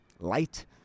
light